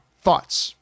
thoughts